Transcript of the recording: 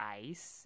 ice